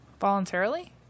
Voluntarily